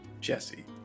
Jesse